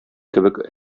кебек